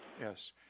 Yes